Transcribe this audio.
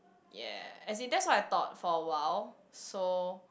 ya as in that's what I thought for a while so